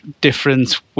difference